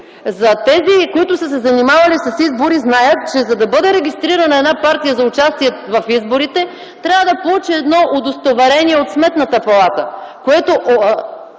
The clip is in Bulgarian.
Тези, които са се занимавали с избори, знаят, че за да бъде регистрирана една партия за участие в изборите, трябва да получи едно удостоверение от Сметната палата, което